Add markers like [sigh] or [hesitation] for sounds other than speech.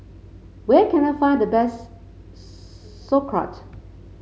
where can I find the best [hesitation] Sauerkraut